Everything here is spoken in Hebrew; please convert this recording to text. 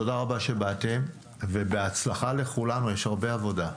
תודה רבה שבאתם, ובהצלחה לכולנו, יש הרבה עבודה.